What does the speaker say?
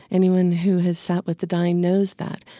anyone who has sat with the dying knows that.